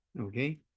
okay